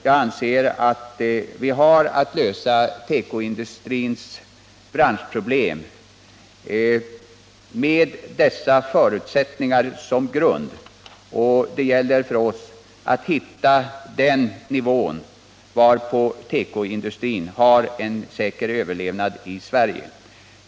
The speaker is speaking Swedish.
Jag anser att vi måste lösa tekoindustrins branschproblem med hänsynstagande till dessa förutsättningar. Det gäller för oss att komma fram till den nivå där tekoindustrin kan få en säker överlevnad i Sverige.